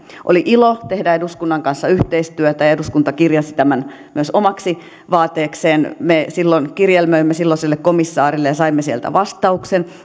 oli ilo tehdä eduskunnan kanssa yhteistyötä ja eduskunta kirjasi tämän myös omaksi vaateekseen me silloin kirjelmöimme silloiselle komissaarille ja saimme sieltä vastauksen